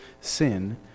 sin